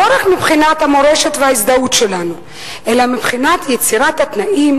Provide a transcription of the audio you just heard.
לא רק מבחינת המורשת וההזדהות שלנו אלא מבחינת יצירת התנאים